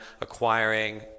acquiring